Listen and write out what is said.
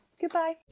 Goodbye